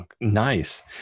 Nice